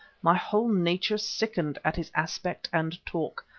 my whole nature sickened at his aspect and talk.